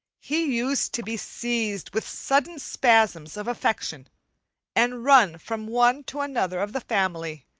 he used to be seized with sudden spasms of affection and run from one to another of the family,